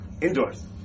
Indoors